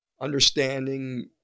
understanding